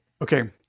okay